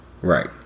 Right